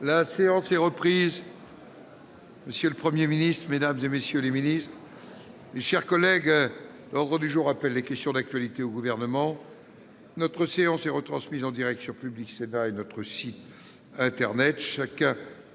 La séance est reprise. Monsieur le Premier ministre, mesdames, messieurs les ministres, mes chers collègues, l'ordre du jour appelle les réponses à des questions d'actualité au Gouvernement. Je vous rappelle que la séance est retransmise en direct sur Public Sénat et sur notre site internet. Chacun